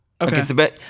Okay